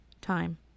time